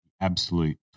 absolute